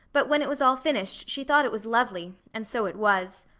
but when it was all finished she thought it was lovely, and so it was.